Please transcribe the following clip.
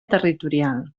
territorial